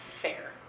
Fair